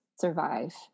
survive